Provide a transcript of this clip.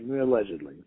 allegedly